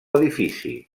edifici